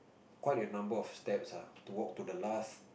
quite a number of steps ah to walk to the last